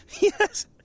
Yes